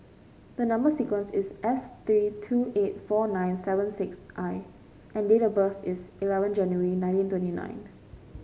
the number sequence is S three two eight four nine seven six I and date of birth is eleven January nineteen twenty nine